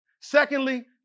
Secondly